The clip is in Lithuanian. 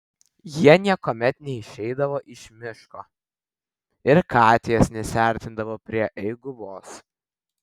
jie niekuomet neišeidavo iš miško ir katės nesiartindavo prie eiguvos